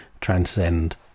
transcend